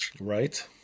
Right